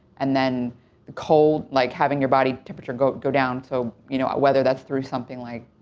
and then the cold, like, having your body temperature go go down. so, you know, whether that's through something like,